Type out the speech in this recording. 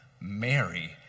Mary